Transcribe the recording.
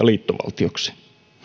liittovaltioksi